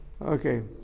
Okay